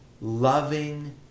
loving